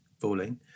falling